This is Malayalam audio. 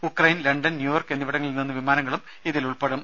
ഉക്രൈൻ ലണ്ടൻ ന്യൂയോർക്ക് എന്നിവിടങ്ങളിൽ നിന്ന് വിമാനങ്ങളും ഇതിൽ ഉൾപ്പെടും